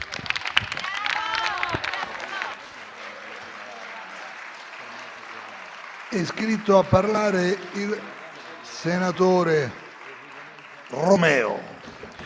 È iscritto a parlare il senatore Romeo.